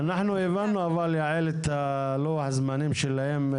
אנחנו הבנו את לוח הזמנים שלהם.